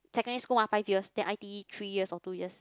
secondary school[mah] five years then I_T_E three years or two years